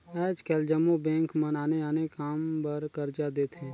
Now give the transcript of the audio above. आएज काएल जम्मो बेंक मन आने आने काम बर करजा देथे